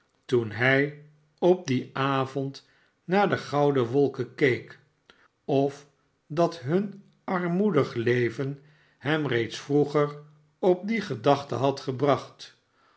toen hij op dien avond naar de gouden wolken keek of dat hun armoedig leven hem reeds vroeger op die gedachte had gebracht